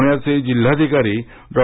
पूण्याचे जिल्हाधिकारी डॉ